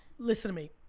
listen to me.